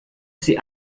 sie